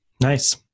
Nice